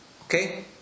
Okay